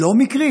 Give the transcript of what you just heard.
לא מקרי